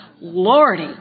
Lordy